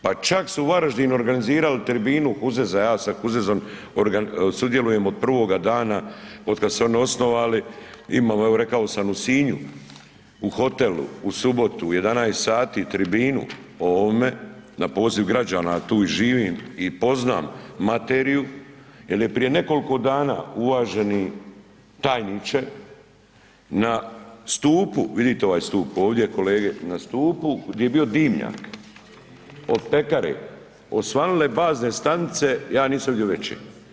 Pa čak su u Varaždinu organizirali tribinu, ... sudjelujem od prvoga dana, otkad su se oni osnovali, ima, rekao sam u Sinju, u hotelu, u subotu u 11 sati tribinu o ovome na poziv građana, tu i živim i poznam materiju jer je prije nekoliko dana, uvaženi tajniče, na stupu, vidite ovaj stup ovdje, kolege, na stupu di je bio dimnjak, od pekare, osvanule bazne stanice, ja nisam vidio veće.